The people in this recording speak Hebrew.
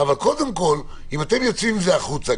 אבל קודם כול אם אתם יוצאים עם זה החוצה,